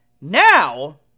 Now